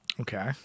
Okay